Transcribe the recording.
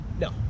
No